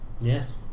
Yes